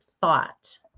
thought